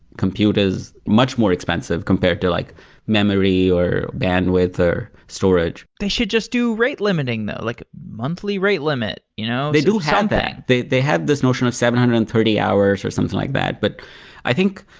computers much more expensive compared to like memory, or bandwidth, or storage they should just do rate limiting though. like monthly rate limit you know they do have that. they they have this notion of seven hundred and thirty hours or something like that. but i think,